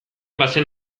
bazen